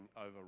over